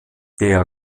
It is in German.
der